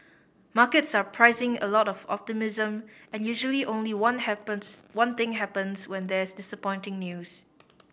markets are pricing a lot of optimism and usually only one happens one thing happens when there is disappointing news